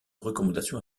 recommandation